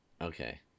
okay